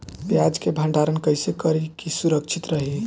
प्याज के भंडारण कइसे करी की सुरक्षित रही?